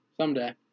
Someday